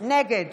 נגד